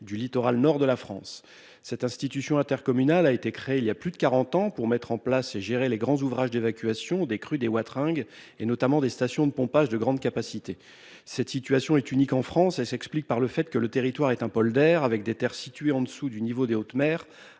Du littoral nord de la France. Cette institution intercommunale a été créé il y a plus de 40 ans pour mettre en place et gérer les grands ouvrages d'évacuation des crues D. Watrin et notamment des stations de pompage de grande capacité. Cette situation est unique en France et s'explique par le fait que le territoire est un pôle d'air avec des Terres situées en dessous du niveau de haute mer,